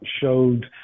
showed